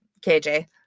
KJ